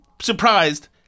surprised